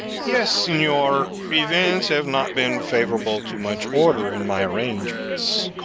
yes, senor events have not been favorable to much order in my arrangements.